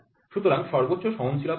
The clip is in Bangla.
সুতরাং সর্বোচ্চ সহনশীলতা কত